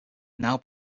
now